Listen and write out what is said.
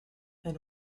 and